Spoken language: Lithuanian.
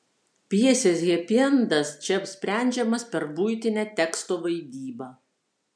pjesės hepiendas čia sprendžiamas per buitinę teksto vaidybą